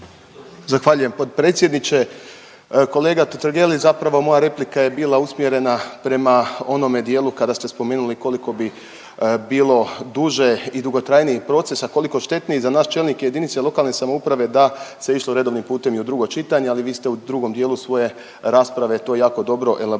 Zahvaljujem potpredsjedniče. Kolega Totgergeli zapravo moja replika je bila usmjerena prema onome dijelu kada ste spomenuli koliko bi bilo duže i dugotrajniji proces, a koliko štetniji za nas čelnike jedinice lokalne samouprave da se išlo redovnim putem i u drugo čitanje. Ali vi ste u drugom dijelu svoje rasprave to jako dobro elaborirali,